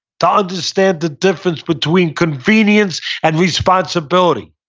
to understand the difference between convenience and responsibility,